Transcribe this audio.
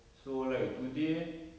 so like today